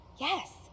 Yes